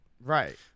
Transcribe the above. Right